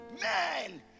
man